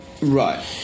Right